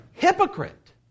hypocrite